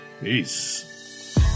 Peace